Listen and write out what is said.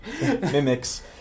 mimics